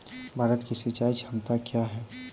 भारत की सिंचाई क्षमता क्या हैं?